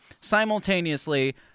simultaneously